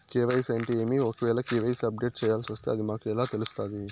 KYC అంటే ఏమి? ఒకవేల కె.వై.సి అప్డేట్ చేయాల్సొస్తే అది మాకు ఎలా తెలుస్తాది?